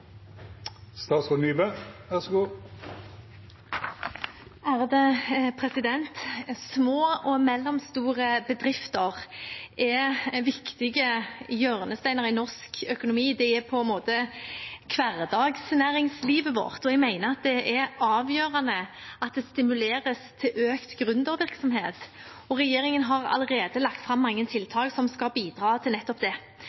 viktige hjørnesteiner i norsk økonomi. De er på en måte hverdagsnæringslivet vårt, og jeg mener at det er avgjørende at det stimuleres til økt gründervirksomhet. Regjeringen har allerede lagt fram mange tiltak som skal bidra til nettopp det.